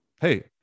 Hey